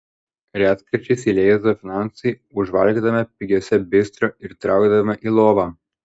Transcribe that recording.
retkarčiais jei leisdavo finansai užvalgydavome pigiuose bistro ir traukdavome į lovą